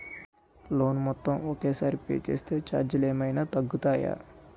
Loan మొత్తం ఒకే సారి పే చేస్తే ఛార్జీలు ఏమైనా తగ్గుతాయా?